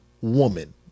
woman